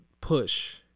push